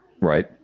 Right